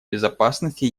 безопасности